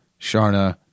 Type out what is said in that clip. Sharna